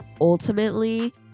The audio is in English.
ultimately